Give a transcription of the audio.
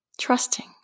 trusting